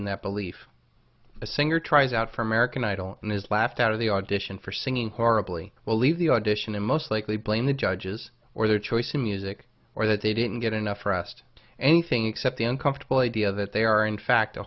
in that belief the singer tries out for american idol and is laughed out of the audition for singing horribly will leave the audition and most likely blame the judges or their choice in music or that they didn't get enough rest anything except the uncomfortable idea that they are in fact a